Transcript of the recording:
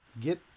get